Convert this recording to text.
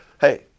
Hey